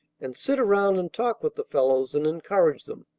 and sit around and talk with the fellows, and encourage them